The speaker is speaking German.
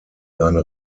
seine